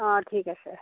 অঁ ঠিক আছে